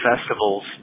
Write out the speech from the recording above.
festivals